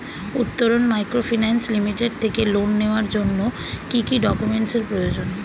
Uttaran microfinance limited থেকে loan নেওয়ার জন্য কি কি ডকুমেন্টস এর প্রয়োজন?